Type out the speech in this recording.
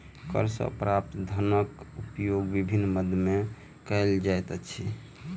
कर सॅ प्राप्त धनक उपयोग विभिन्न मद मे कयल जाइत अछि